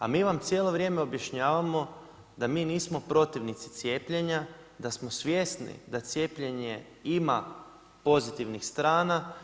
A mi vam cijelo vrijeme objašnjavamo da mi nismo protivnici cijepljenja, da smo svjesni da cijepljenje ima pozitivnih strana.